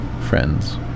friends